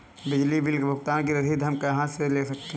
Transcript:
बिजली बिल भुगतान की रसीद हम कहां से ले सकते हैं?